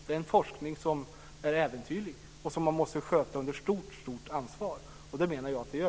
Det är en forskning som är äventyrlig och som man måste sköta under mycket stort ansvar. Det menar jag att vi gör.